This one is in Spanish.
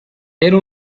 era